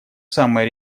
самая